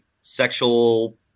sexual